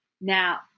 Now